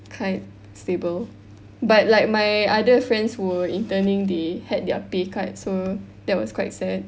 kind stable but like my other friends who were interning they had their pay cuts so that was quite sad